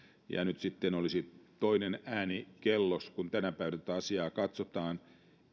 ja nyt sitten olisi toinen ääni kellossa kun tänä päivänä tätä asiaa katsotaan